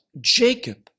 Jacob